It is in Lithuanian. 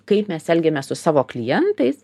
kaip mes elgiamės su savo klientais